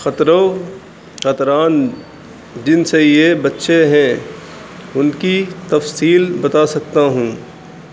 خطروںو خطران جن سے یہ بچے ہیں ان کی تفصیل بتا سکتا ہوں